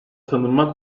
tanınma